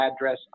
address